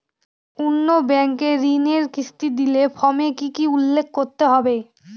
অন্য ব্যাঙ্কে ঋণের কিস্তি দিলে ফর্মে কি কী উল্লেখ করতে হবে?